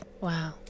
Wow